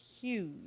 huge